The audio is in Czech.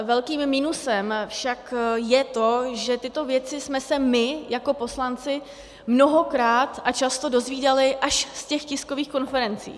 Velkým minusem však je to, že tyto věci jsme se my jako poslanci mnohokrát a často dozvídali až z těch tiskových konferencí.